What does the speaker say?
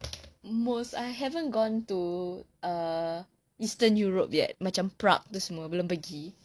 most I haven't gone to err eastern europe yet macam prague itu semua belum pergi